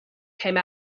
came